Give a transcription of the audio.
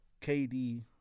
KD